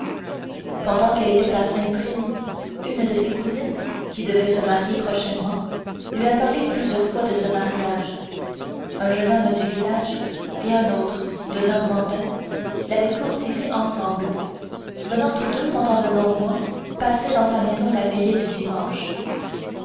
pendant qu'elle était à saint prime une de ses cousines qui devait se marier prochainement lui a parlé plusieurs fois de ce mariage un jeune homme du village et un autre de normandin l'avaient courtisée ensemble venant tous deux pendant de longs mois passer dans sa maison la veillée du dimanche